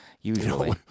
Usually